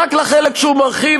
רק החלק שהוא מרחיב,